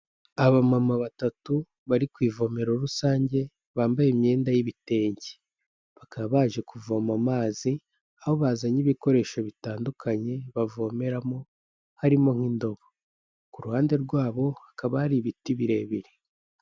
Abamama batatu bari ku ivomero rusange bambaye imyenda y'ibitenge, bakaba baje kuvoma amazi aho bazanye ibikoresho bitandukanye bavomeramo, harimo nk'indobo, ku ruhande rwabo hakaba hari ibiti birebire.